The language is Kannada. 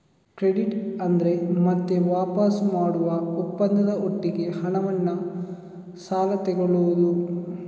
ಕ್ರೆಡಿಟ್ ಅಂದ್ರೆ ಮತ್ತೆ ವಾಪಸು ಮಾಡುವ ಒಪ್ಪಂದದ ಒಟ್ಟಿಗೆ ಹಣವನ್ನ ಸಾಲ ತಗೊಳ್ಳುದು